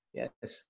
yes